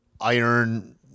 iron